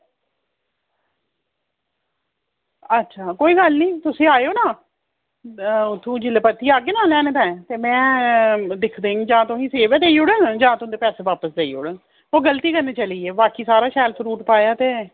अच्छा कोई गल्ल निं तुस आओ ना ते उत्थुआं परतियै आह्गे ना लैने ताहीं ते में सेव देई ओड़ङ जां तुदे पैसे देई ओड़ङ ओह् गलती कन्नै चली गे बाकी शैल फ्रूट पाया ते